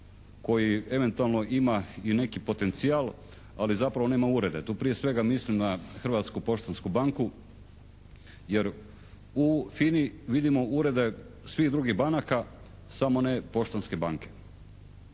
koji eventualno ima i neki potencijal ali zapravo nema urede. Tu prije svega mislim na Hrvatsku poštansku banku jer u FINA-i vidimo urede svih drugih banaka samo ne Poštanske banke.